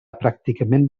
pràcticament